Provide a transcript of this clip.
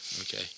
Okay